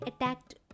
attacked